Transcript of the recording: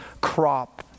crop